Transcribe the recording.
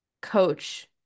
coach